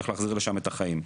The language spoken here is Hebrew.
איך להחזיר לשם את החיים.